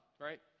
right